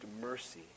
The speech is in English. mercy